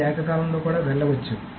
ఇది ఏకకాలంలో కూడా వెళ్ళవచ్చు